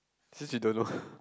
since you don't know